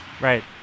Right